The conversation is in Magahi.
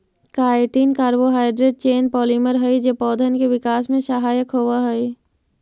काईटिन कार्बोहाइड्रेट चेन पॉलिमर हई जे पौधन के विकास में सहायक होवऽ हई